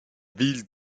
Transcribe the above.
ville